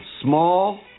small